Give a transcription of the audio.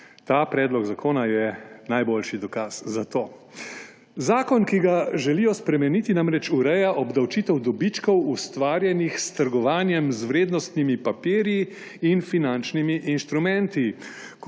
Ta predlog zakona je najboljši dokaz za to. Zakon, ki ga želijo spremeniti, namreč ureja obdavčitev dobičkov, ustvarjenih s trgovanjem z vrednostnimi papirji in finančnimi inštrumenti.